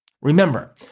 Remember